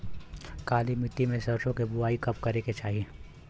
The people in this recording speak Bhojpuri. काली मिट्टी में सरसों के बुआई कब करे के चाही?